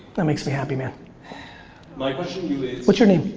that makes me happy. my my question to you is what's your name?